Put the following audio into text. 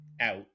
out